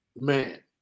Man